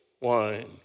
wine